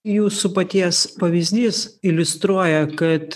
jūsų paties pavyzdys iliustruoja kad